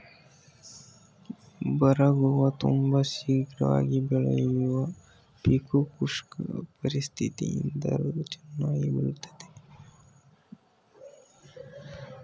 ಬರಗು ತುಂಬ ಶೀಘ್ರವಾಗಿ ಬೆಳೆಯುವ ಪೀಕು ಶುಷ್ಕ ಪರಿಸ್ಥಿತಿಯಿದ್ದರೂ ಚನ್ನಾಗಿ ಬೆಳಿತದೆ ಬರಗು ಕೃಷಿಗೆ ಉತ್ತಮ ಭೂಮಿಯೇ ಬೇಕಿಲ್ಲ